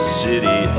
city